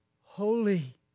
holy